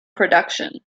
production